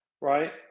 Right